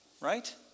right